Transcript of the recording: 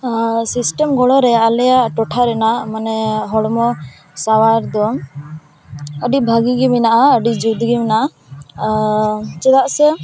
system ᱜᱚᱲᱚ ᱨᱮ ᱟᱞᱮᱭᱟᱜ ᱴᱚᱴᱷᱟ ᱨᱱᱟᱜ ᱢᱟᱱᱮ ᱦᱚᱲᱢᱚ ᱥᱟᱶᱟᱨ ᱫᱚ ᱟᱹᱰᱤ ᱵᱷᱟᱹᱜᱮ ᱜᱮ ᱢᱮᱱᱟᱜᱼᱟ ᱟᱹᱰᱤ ᱡᱩᱛ ᱜᱮ ᱢᱮᱱᱟᱜᱼᱟ ᱪᱮᱫᱟᱜ ᱥᱮ